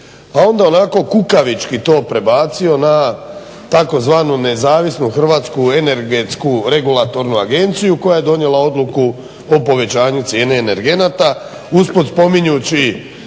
a onda onako kukavički to prebacio na tzv. nezavisnu Hrvatsku energetsku regulatornu agenciju koja je donijela odluku o povećanju cijene energenata, usput spominjući